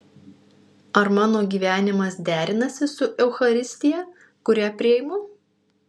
ar mano gyvenimas derinasi su eucharistija kurią priimu